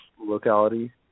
locality